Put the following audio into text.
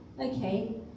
okay